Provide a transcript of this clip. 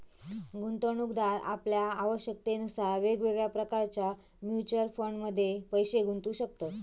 गुंतवणूकदार आपल्या आवश्यकतेनुसार वेगवेगळ्या प्रकारच्या म्युच्युअल फंडमध्ये पैशे गुंतवू शकतत